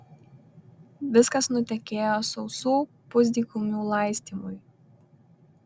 viskas nutekėjo sausų pusdykumių laistymui